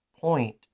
point